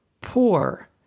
poor